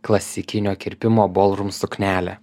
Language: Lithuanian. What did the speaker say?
klasikinio kirpimo bolrum suknelę